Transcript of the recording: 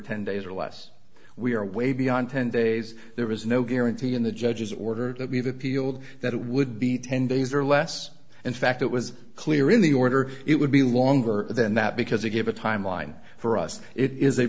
ten days or less we are way beyond ten days there was no guarantee in the judge's order that we have appealed that it would be ten days or less and fact it was clear in the order it would be longer than that because they give a timeline for us it is a